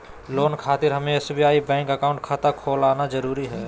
Loan खातिर हमें SBI bank account खाता खोल आना जरूरी है?